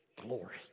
glory